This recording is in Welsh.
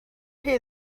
rhy